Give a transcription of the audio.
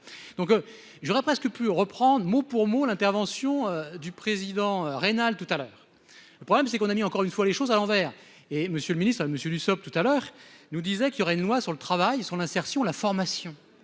donc j'aurais presque pu reprendre, mot pour mot l'intervention du président rénale tout à l'heure. Le problème c'est qu'on a mis encore une fois les choses à l'envers. Et Monsieur le Ministre, monsieur Dussopt tout à l'heure nous disait qu'il y aurait une loi sur le travail sur l'insertion, la formation